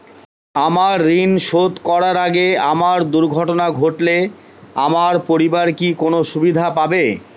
আমার ঋণ শোধ করার আগে আমার দুর্ঘটনা ঘটলে আমার পরিবার কি কোনো সুবিধে পাবে?